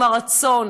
עם הרצון.